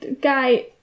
Guy